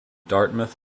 dartmouth